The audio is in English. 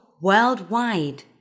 worldwide